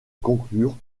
conclure